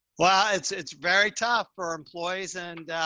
well, ah it's, it's very tough for employees and,